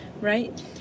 right